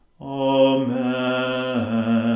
Amen